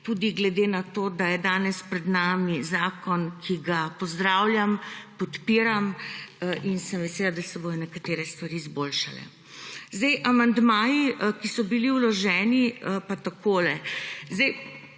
tudi glede na to, da je danes pred nami zakon, ki ga pozdravljam, podpiram in sem vesela, da se bodo nekatere stvari izboljšale. O amandmajih, ki so bili vloženi, pa takole.